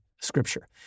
Scripture